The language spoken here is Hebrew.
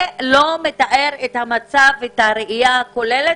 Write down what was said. זה לא מתאר את המצב ואת הראייה הכוללת.